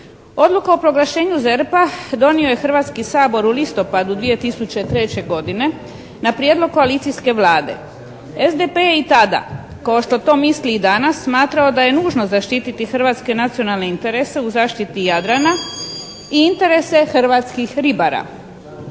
Odluku o proglašenju ZERP-a donio je Hrvatski sabor u listopadu 2003. godine na prijedlog koalicijske Vlade. SDP je i tada kao što to misli i danas smatrao da je nužno zaštititi hrvatske nacionalne interese u zaštiti Jadrana i interese hrvatskih ribara.